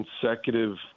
consecutive